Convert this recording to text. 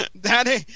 Daddy